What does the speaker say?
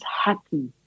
happy